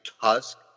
Tusk